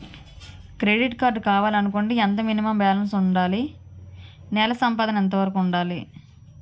Credit card కావాలి అనుకుంటే ఎంత మినిమం బాలన్స్ వుందాలి? నెల సంపాదన ఎంతవరకు వుండాలి?